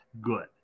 good